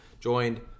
joined